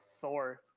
Thor